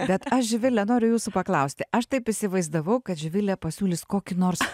bet aš živile noriu jūsų paklausti aš taip įsivaizdavau kad živilė pasiūlys kokį nors